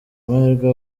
mahirwe